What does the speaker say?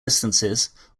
distances